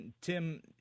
Tim